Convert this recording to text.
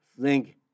zinc